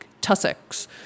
tussocks